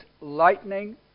lightning